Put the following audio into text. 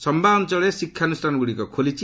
ସମ୍ୟା ଅଞ୍ଚଳରେ ଶିକ୍ଷାନୁଷ୍ଠାନଗୁଡ଼ିକ ଖୋଲିଛି